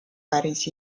päris